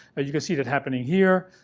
and you can see that happening here.